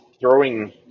throwing –